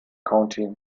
county